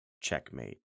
Checkmate